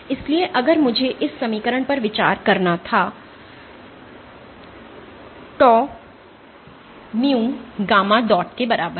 इसलिए अगर मुझे इस समीकरण पर विचार करना था tau mu gamma dot के बराबर है